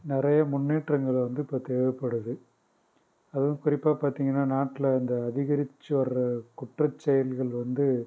நிறைய முன்னேற்றங்கள் வந்து இப்போ தேவைப்படுது அதுவும் குறிப்பாக பார்த்தீங்கன்னா நாட்டில் இந்த அதிகரிச்சு வர குற்றச்செயல்கள் வந்து